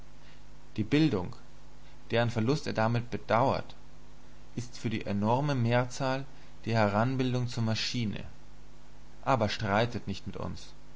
die bildung deren verlust er bedauert ist für die enorme mehrzahl die heranbildung zur maschine aber streitet nicht mit uns